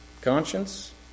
conscience